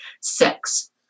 six